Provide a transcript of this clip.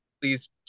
please